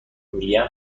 میگم